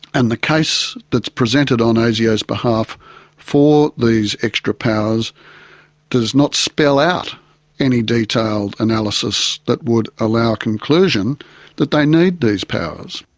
and the case that's presented on asio's behalf for these extra powers does not spell out any detailed analysis that would allow a conclusion that they need these powers.